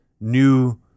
new